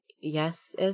Yes